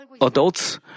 adults